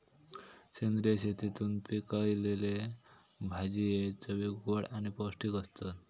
सेंद्रिय शेतीतून पिकयलले भाजये चवीक गोड आणि पौष्टिक आसतत